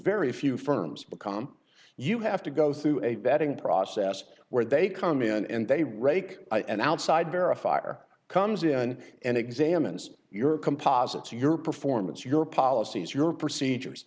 very few firms become you have to go through a vetting process where they come in and they rake and outside verify or comes in and examines your composites your performance your policies your procedures